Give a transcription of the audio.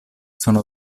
sono